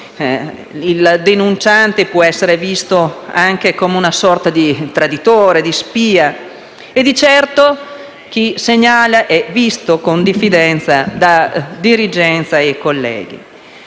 Il denunciante può essere infatti visto come una sorta di traditore, di spia e di certo chi segnala è guardato con diffidenza dalla dirigenza e dai colleghi.